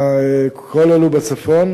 כל אלה בצפון,